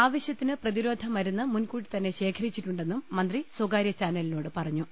ആവശ്യ ത്തിന് പ്രതിരോധ മരുന്ന് മുൻകൂട്ടിതന്നെ ശേഖരിച്ചിട്ടുണ്ടെന്നും മന്ത്രി സ്വകാരൃ ചാനലിനോട് പറഞ്ഞു